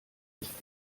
nicht